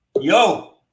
yo